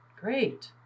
great